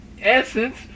essence